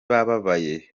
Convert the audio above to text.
bababaye